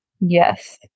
yes